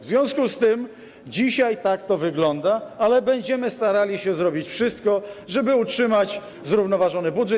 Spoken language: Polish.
W związku z tym dzisiaj tak to wygląda, ale będziemy starali się zrobić wszystko, żeby utrzymać zrównoważony budżet.